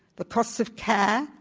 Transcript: the costs of care,